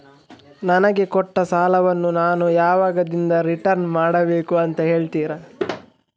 ನನಗೆ ಕೊಟ್ಟ ಸಾಲವನ್ನು ನಾನು ಯಾವಾಗದಿಂದ ರಿಟರ್ನ್ ಮಾಡಬೇಕು ಅಂತ ಹೇಳ್ತೀರಾ?